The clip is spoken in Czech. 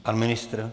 Pan ministr?